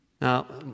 Now